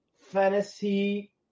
fantasy